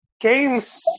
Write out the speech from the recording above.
games